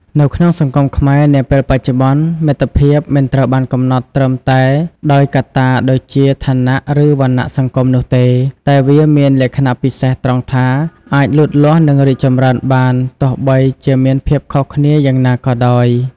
នៅក្នុងសង្គមខ្មែរនាពេលបច្ចុប្បន្ន មិត្តភាពមិនត្រូវបានកំណត់ត្រឹមតែដោយកត្តាដូចជាឋានៈ ឬវណ្ណៈសង្គមនោះទេ តែវាមានលក្ខណៈពិសេសត្រង់ថាអាចលូតលាស់និងរីកចម្រើនបានទោះបីជាមានភាពខុសគ្នាយ៉ាងណាក៏ដោយ។